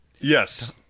Yes